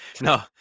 No